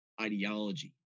ideology